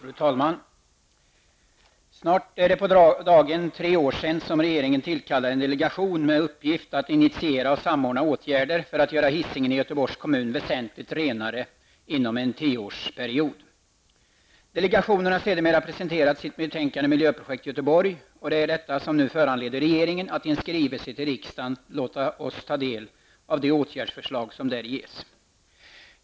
Fru talman! Snart är det på dagen tre år sedan som regeringen tillkallade en delegation med uppgift att initiera och samordna åtgärder för att göra Hisingen i Göteborgs kommun väsentligt renare inom en 10-årsperiod. Delegationen har sedermera presenterat sitt betänkande Miljöprojekt Göteborg. Och det är detta som nu föranleder regeringen att i en skrivelse till riksdagen låta oss ta del av de åtgärdsförslag som där ges.